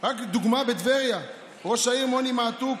רק דוגמה: בטבריה, ראש העיר מוני מעתוק,